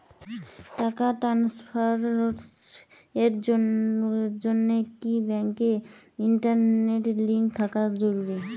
টাকা ট্রানস্ফারস এর জন্য কি ব্যাংকে ইন্টারনেট লিংঙ্ক থাকা জরুরি?